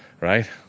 right